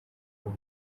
kuba